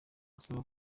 asaba